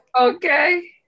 Okay